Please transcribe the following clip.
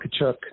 Kachuk